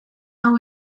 hau